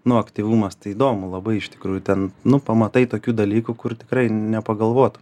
nu aktyvumas tai įdomu labai iš tikrųjų ten nu pamatai tokių dalykų kur tikrai nepagalvotum